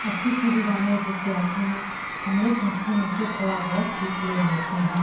अच्छी अच्छी design YouTube पे आती हैं हम लोग उसी में से थोड़ा बहुत सीख ले लेते हैं